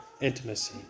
intimacy